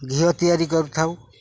ଘିଅ ତିଆରି କରିଥାଉ